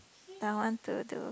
someone do too